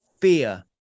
Fear